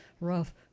rough